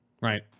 Right